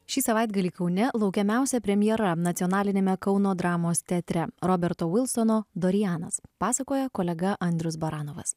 šį savaitgalį kaune laukiamiausia premjera nacionaliniame kauno dramos teatre roberto vilsono dorianas pasakoja kolega andrius baranovas